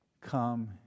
come